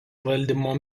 valdymo